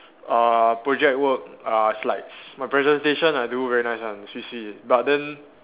uh project work uh slides my presentation I do very nice one swee swee but then